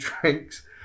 drinks